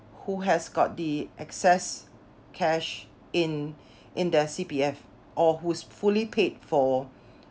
who has got the excess cash in in their C_P_F or who's fully paid for